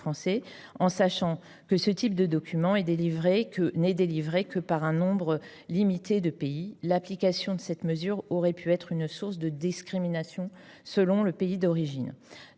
effet, puisque ce type de document n’est délivré que par un nombre limité d’États, l’application de cette mesure aurait pu être source de discriminations selon le pays d’origine.